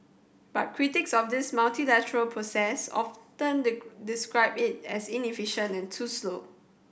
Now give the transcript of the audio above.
but critics of this multilateral process often describe it as inefficient and too slow